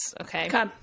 Okay